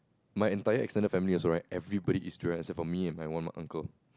my entire extended family also right everybody eats durian except for me and my one more uncle